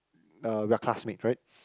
uh we are classmate right